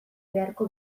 beharko